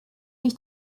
ich